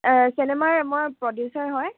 চিনেমাৰ মই প্ৰডিউচাৰ হয়